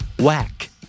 Whack